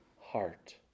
heart